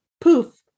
poof